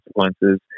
consequences